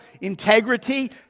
integrity